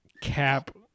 cap